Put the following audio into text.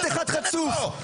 חצוף.